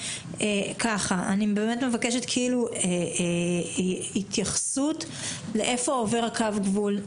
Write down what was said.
אני מבקשת לקבל התייחסות לאיפה עובר קו הגבול,